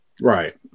Right